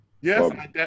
Yes